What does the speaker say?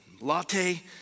latte